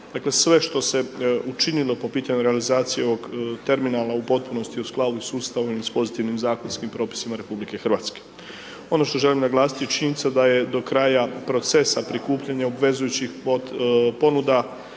Dakle, sve što se učinilo po pitanju realizacije ovog terminala u potpunosti je u skladu s Ustavom i s pozitivnim zakonskim propisima RH. Ono što želim naglasiti je činjenica da je do kraja procesa prikupljanja obvezujućih ponuda